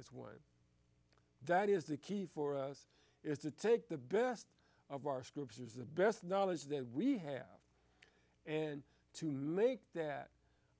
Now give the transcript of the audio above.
as one that is the key for us is to take the best of our scriptures the best knowledge that we have and to make that